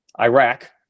Iraq